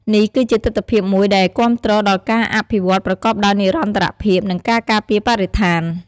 នេះគឺជាទិដ្ឋភាពមួយដែលគាំទ្រដល់ការអភិវឌ្ឍប្រកបដោយនិរន្តរភាព និងការការពារបរិស្ថាន។